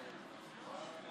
שלוש